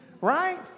right